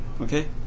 okay